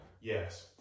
Yes